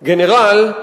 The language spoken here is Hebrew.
"גנרל,